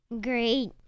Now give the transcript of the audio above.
Great